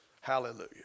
Hallelujah